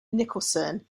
nicholson